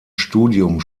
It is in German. studium